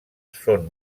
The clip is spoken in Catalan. són